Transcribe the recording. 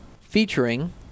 Featuring